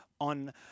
On